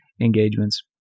engagements